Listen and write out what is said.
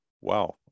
wow